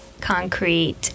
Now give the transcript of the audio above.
Concrete